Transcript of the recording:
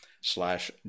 slash